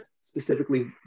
specifically